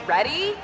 Ready